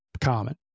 common